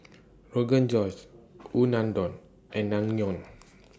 Rogan Josh Unadon and Naengmyeon